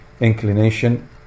inclination